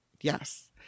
Yes